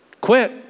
quit